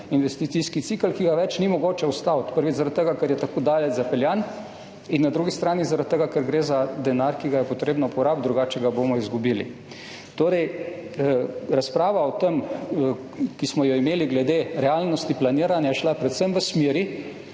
investicijski cikel, ki ga ni več mogoče ustaviti, prvič zaradi tega, ker je tako daleč zapeljan, in na drugi strani zaradi tega, ker gre za denar, ki ga je potrebno porabiti, drugače ga bomo izgubili. Razprava, ki smo jo imeli glede realnosti planiranja, je šla predvsem v smeri,